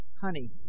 honey